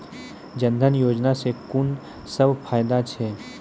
जनधन योजना सॅ कून सब फायदा छै?